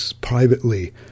privately